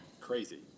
Crazy